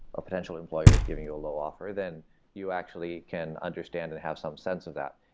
a potential employer is giving you a low offer, then you actually can understand and have some sense of that.